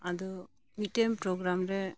ᱟᱫᱚ ᱢᱤᱫᱴᱮᱱ ᱯᱨᱳᱜᱽᱨᱟᱢ ᱨᱮ